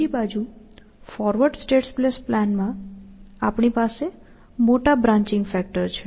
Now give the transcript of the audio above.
બીજી બાજુ forward state space plan માં આપણી પાસે મોટા બ્રાંન્ચિંગ ફેક્ટર છે